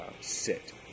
sit